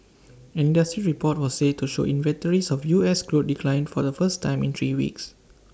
industry report was said to show inventories of U S crude declined for the first time in three weeks